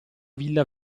villa